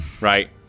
right